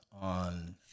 on